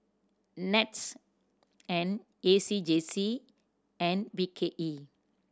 NETS and A C J C and B K E